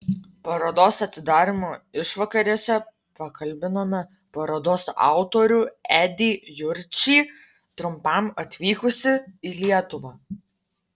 parodos atidarymo išvakarėse pakalbinome parodos autorių edį jurčį trumpam atvykusį į lietuvą